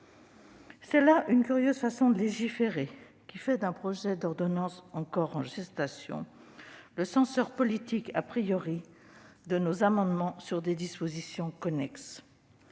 C'est là une curieuse façon de légiférer, qui fait d'un projet d'ordonnance encore en gestation le censeur politique de nos amendements sur des dispositions connexes.